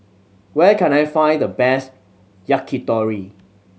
where can I find the best Yakitori